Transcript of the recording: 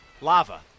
Lava